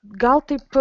gal taip